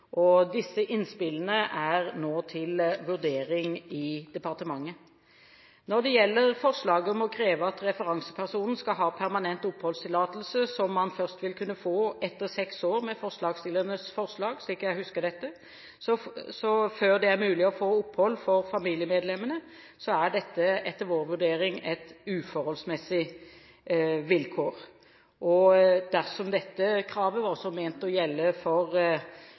EØS-retten. Disse innspillene er nå til vurdering i departementet. Når det gjelder forslaget om å kreve at referansepersonen skal ha permanent oppholdstillatelse, som man først vil kunne få etter seks år med forslagsstillernes forslag, slik jeg husker dette, før det er mulig å få opphold for familiemedlemmene, er dette etter vår vurdering et uforholdsmessig vilkår. Dersom dette kravet også var ment å gjelde for